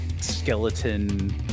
skeleton